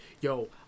yo